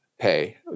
pay